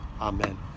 Amen